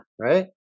right